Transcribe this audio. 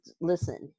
listen